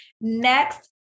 Next